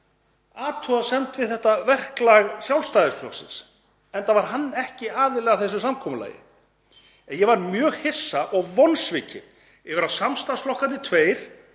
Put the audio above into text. athugasemd við þetta verklag Sjálfstæðisflokksins, enda var hann ekki aðili að þessu samkomulagi. En ég varð mjög hissa og vonsvikinn yfir að samstarfsflokkarnir tveir,